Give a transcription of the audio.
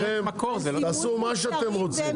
תעשו מה שאתם רוצים.